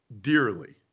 dearly